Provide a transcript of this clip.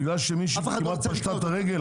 בגלל שמשחטה כמעט פשטה את הרגל?